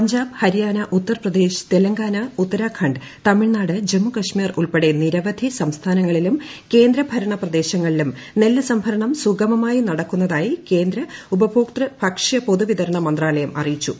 പഞ്ചാബ് ഹരിയാന ഉത്തർപ്രദേശ് തെലങ്കാന ഉത്തരാഖണ്ഡ് തമിഴ്നാട് ജമ്മു കശ്മീർ ഉൾപ്പെടെ നിരവധി സംസ്ഥി്നങ്ങളിലും കേന്ദ്ര ഭരണ പ്രദേശങ്ങളിലും നെല്ല് സംഭരണം സുശ്രമ്മായി നടക്കുന്നതായി കേന്ദ്ര ഉപഭോക്തൃകാര്യ ഭക്ഷ്യപൊത്തുവീതരണ മന്ത്രാലയം അറിയിച്ചു